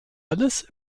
alles